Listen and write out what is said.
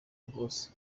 rwose